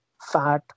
fat